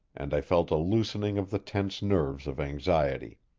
and i felt a loosening of the tense nerves of anxiety.